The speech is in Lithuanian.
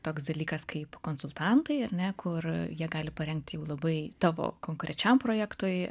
toks dalykas kaip konsultantai ar ne kur jie gali parengti jau labai tavo konkrečiam projektui